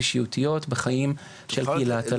אישיותיות בחיים של קהילת הלהט"ב.